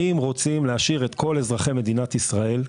האם רוצים להשאיר את כל אזרחי מדינת ישראל,